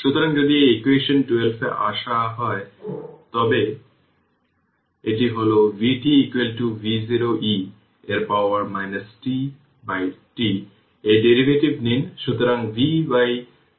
সুতরাং যদি এই ইকুয়েশন 12 এ আস হয় তবে এটি হল vt v0 e এর পাওয়ার tτ এই ডেরিভেটিভ নিন